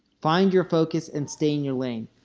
find your focus and stay in your lane.